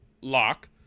lock